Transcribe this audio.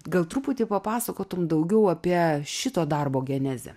gal truputį papasakotum daugiau apie šito darbo genezę